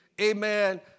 amen